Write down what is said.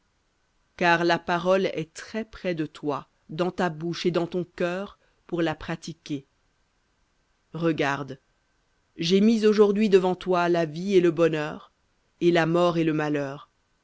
car la parole est très près de toi dans ta bouche et dans ton cœur pour la pratiquer regarde j'ai mis aujourd'hui devant toi la vie et le bonheur et la mort et le malheur